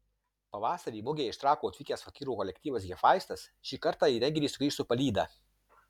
pavasarį mugėje iš trakų atvykęs fakyrų kolektyvas hefaistas šį kartą į renginį sugrįš su palyda